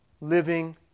living